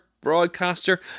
broadcaster